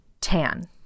Tan